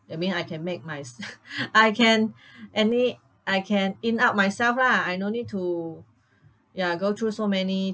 I mean I can make my s~ I can any I can in out myself lah I no need to ya go through so many